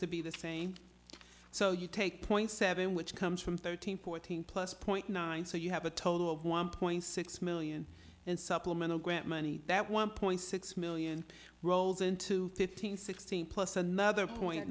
to be the so you take point seven which comes from thirteen fourteen plus point nine so you have a total of one point six million and supplemental grant money that one point six million rolls into fifteen sixteen plus another point